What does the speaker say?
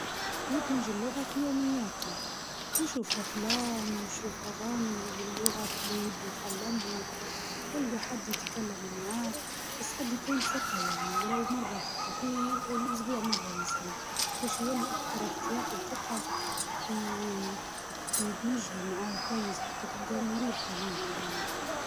يدمج اللغة في أيامه العاديين في حياته اليومية مثلا يشوف أفلام، أو يسمع أغاني باللغة اللي يبي يتعلمها، وكان حصل حد يتكلم معاه حتى لو مرة في الأسبوع، هك يولي أكتر إرتياح و ثقة.